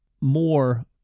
more